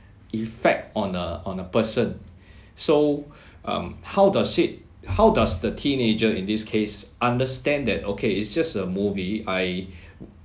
effect on a on a person so um how does it how does the teenager in this case understand that okay it's just a movie I